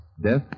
Death